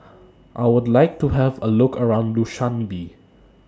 I Would like to Have A Look around Dushanbe